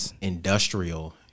industrial